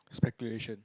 speculation